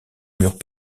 murs